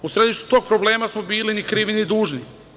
U središtu tog problema smo bili ni krivi ni dužni.